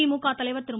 திமுக தலைவர் திரு